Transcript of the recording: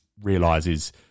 realizes